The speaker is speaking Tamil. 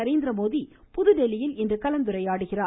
நரேந்திரமோடி புதுதில்லியில் இன்று கலந்துரையாடுகிறார்